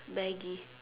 Maggie